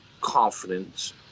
confidence